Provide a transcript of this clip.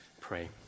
pray